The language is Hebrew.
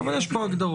אבל יש פה הגדרות.